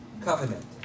covenant